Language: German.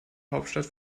hauptstadt